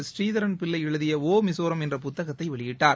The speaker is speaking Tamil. ஸ்ரீதரன் பிள்ளை எழுதிய ஒ மிசோராம் என்ற புத்தகத்தை வெளியிட்டார்